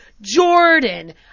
jordan